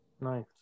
Nice